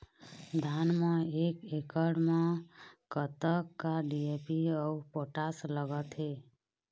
धान म एक एकड़ म कतका डी.ए.पी अऊ पोटास लगथे?